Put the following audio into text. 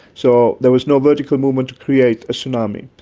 so there was no vertical movement to create a tsunami.